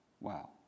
Wow